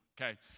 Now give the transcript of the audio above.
Okay